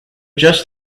just